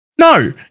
No